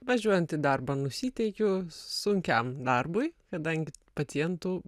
važiuojant į darbą nusiteikiu sunkiam darbui kadangi pacientų